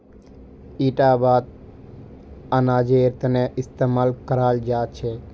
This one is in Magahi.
इटा बात अनाजेर तने इस्तेमाल कराल जा छे